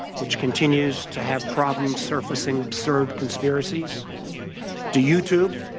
which continues to have problems surfacing. absurd conspiracies to youtube,